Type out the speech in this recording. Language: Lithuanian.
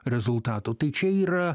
rezultatų tai čia yra